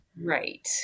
right